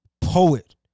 Poet